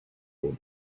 would